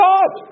God